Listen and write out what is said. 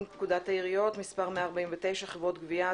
פקודת העיריות (מספר 149) (חברת גבייה),